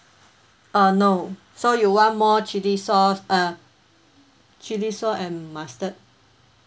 uh no so you want more chili sauce uh chili sauce and mustard